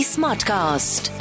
Smartcast